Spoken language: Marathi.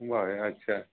बरं अच्छा